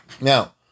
Now